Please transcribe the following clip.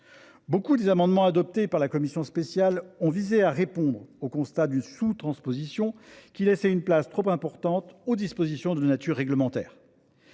nombre des amendements adoptés par la commission spéciale ont visé à répondre au constat d’une « sous transposition », qui laissait une place trop importante aux dispositions de nature réglementaire.